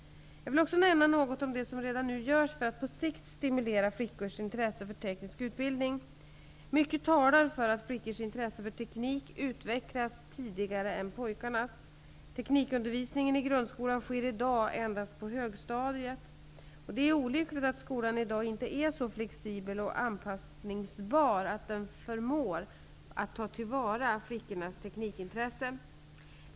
Jag vill också nämna något om det som redan nu görs för att på sikt stimulera flickors intresse för teknisk utbildning. Mycket talar för att flickors intresse för teknik utvecklas tidigare än pojkars. Teknikundervisningen i grundskolan sker i dag endast på högstadiet. Det är olyckligt att skolan i dag inte är så flexibel och anpassningsbar att den förmå ta till vara flickornas teknikintresse.